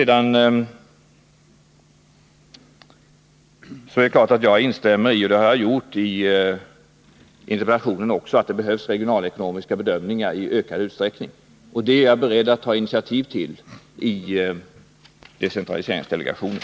Det är klart att jag kan instämma — och det har jag också gjort — i vad som sägs i interpellationen om att det behövs regionalekonomiska bedömningar i ökad utsträckning. Sådana är jag beredd att ta initiativ till i decentraliseringsdelegationen.